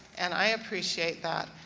and i appreciate that.